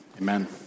Amen